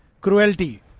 Cruelty